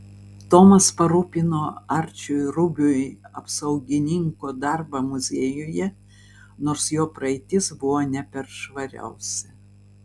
tomas parūpino arčiui rubiui apsaugininko darbą muziejuje nors jo praeitis buvo ne per švariausia